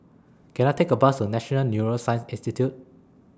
Can I Take A Bus to National Neuroscience Institute